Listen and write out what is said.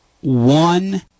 one-